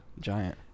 giant